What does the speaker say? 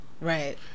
Right